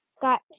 got